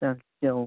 ଏଁ ଯେଉଁ